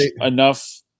enough